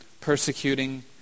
persecuting